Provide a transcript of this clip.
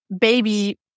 baby